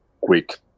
quick